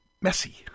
messy